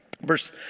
Verse